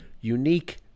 unique